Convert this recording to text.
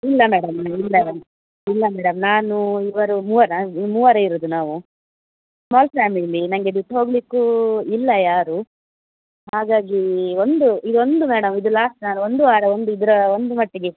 ಇಲ್ಲ ಮೇಡಮ್ ಇಲ್ಲ ಮ್ಯಾಮ್ ಇಲ್ಲ ಮೇಡಮ್ ನಾನು ಇವರು ಮೂವರು ಮೂವರೆ ಇರೋದು ನಾವು ಸ್ಮಾಲ್ ಫ್ಯಾಮಿಲಿ ನನ್ಗೆ ಬಿಟ್ಟು ಹೋಗಲಿಕ್ಕು ಇಲ್ಲ ಯಾರು ಹಾಗಾಗಿ ಒಂದು ಇದೊಂದು ಮೇಡಮ್ ಇದು ಲಾಸ್ಟ್ ನಾನು ಒಂದು ವಾರ ಒಂದು ಇದರ ಒಂದು ಮಟ್ಟಿಗೆ